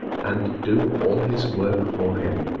and do all his work for him.